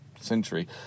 century